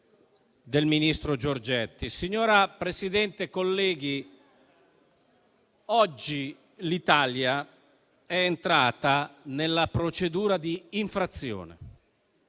Signora Presidente, colleghi, oggi l'Italia è entrata nella procedura di infrazione.